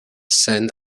sand